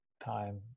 time